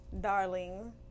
darling